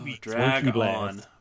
Dragon